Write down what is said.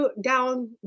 down